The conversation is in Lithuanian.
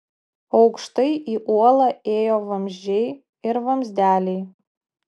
aukštai į uolą ėjo vamzdžiai ir vamzdeliai